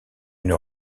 une